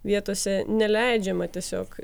vietose neleidžiama tiesiog